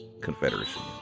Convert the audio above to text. Confederacy